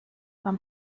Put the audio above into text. beim